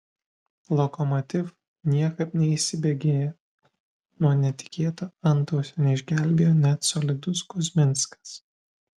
lokomotiv niekaip neįsibėgėja nuo netikėto antausio neišgelbėjo net solidus kuzminskas